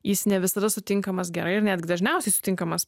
jis ne visada sutinkamas gerai ir netgi dažniausiai sutinkamas